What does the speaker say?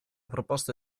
proposta